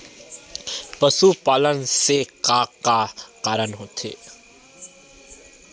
पशुपालन से का का कारण होथे?